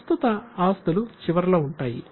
ప్రస్తుత ఆస్తులు చివర్లో ఉంటాయి